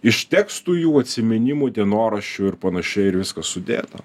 iš tekstų jų atsiminimų dienoraščių ir panašiai ir viskas sudėta